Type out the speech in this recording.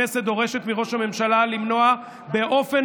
הכנסת דורשת מראש הממשלה למנוע באופן